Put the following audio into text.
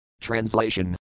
Translation